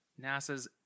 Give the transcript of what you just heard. NASA's